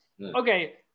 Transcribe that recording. okay